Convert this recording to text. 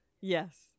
yes